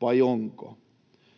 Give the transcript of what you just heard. vai onko?